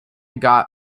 got